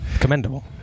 Commendable